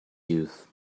youth